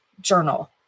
journal